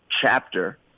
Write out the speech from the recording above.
chapter